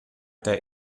der